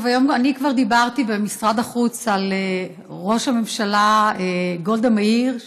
היום כבר דיברתי במשרד החוץ על ראש הממשלה גולדה מאיר,